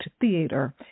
Theater